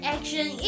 Action